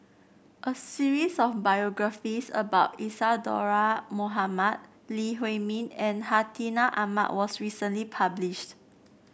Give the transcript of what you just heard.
a series of biographies about Isadhora Mohamed Lee Huei Min and Hartinah Ahmad was recently published